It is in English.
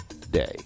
today